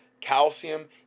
calcium